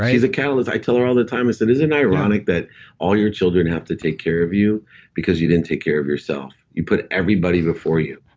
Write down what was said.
right? she's a catalyst. i tell her all the time, i said, isn't it ironic that all your children have to take care of you because you didn't take care of yourself? you put everybody before you.